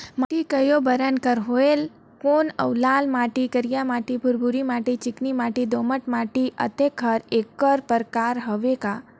माटी कये बरन के होयल कौन अउ लाल माटी, करिया माटी, भुरभुरी माटी, चिकनी माटी, दोमट माटी, अतेक हर एकर प्रकार हवे का?